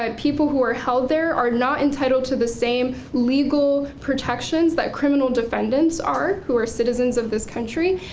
ah people who are held there are not entitled to the same legal protections that criminal defendants are who are citizens of this country,